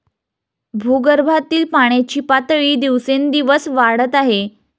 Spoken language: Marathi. भूगर्भातील पाण्याची पातळी दिवसेंदिवस वाढत आहे